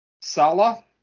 Sala